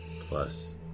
Plus